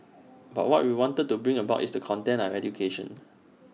but what we wanted to bring about is the content of education